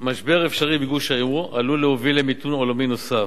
משבר אפשרי בגוש היורו עלול להוביל למיתון עולמי נוסף.